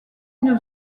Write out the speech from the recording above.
une